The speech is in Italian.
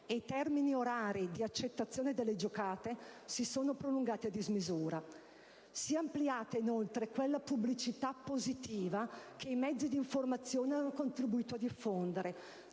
I termini orari di accettazione delle giocate si sono prolungati a dismisura; si è ampliata inoltre quella pubblicità positiva che i mezzi di informazione avevano contribuito a diffondere,